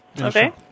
Okay